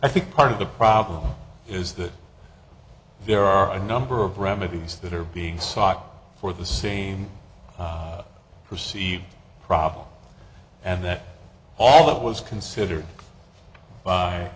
i think part of the problem is that there are a number of remedies that are being sought for the same perceived problem and that all that was considered by